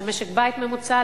של משק-בית ממוצע,